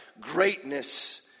greatness